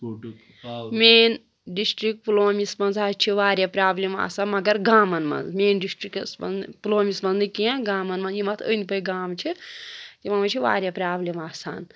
district پُلوٲمِس منٛز حظ چھِ واریاہ پرٛابلِم آسان مگر گامن منٛز مین ڈِسٹٕرکس منٛز نہٕ پُلوٲمِس منٛز نہٕ کیٚنٛہہ گامن منٛز یِم اَتھ أنٛدۍ پٔکۍ گام چھِ تِمن منٛز چھِ واریاہ پرٛابلِم آسان